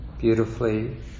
beautifully